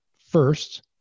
first